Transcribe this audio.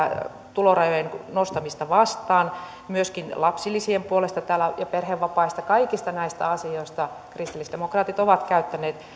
tulorajojen nostamista vastaan myöskin lapsilisien puolesta täällä ja perhevapaista kaikista näistä asioista kristillisdemokraatit ovat käyttäneet